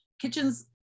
kitchens